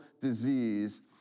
disease